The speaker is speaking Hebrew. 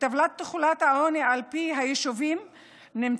בטבלת תחולת העוני על פי היישובים נמצא